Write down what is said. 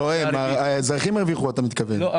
לא הם, האזרחים